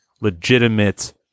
legitimate